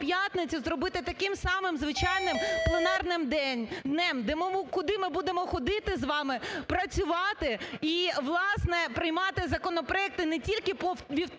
зробити таким самим звичайним пленарним днем, куди ми будемо ходити з вами працювати і, власне, приймати законопроекти не тільки по вівторках